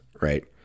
right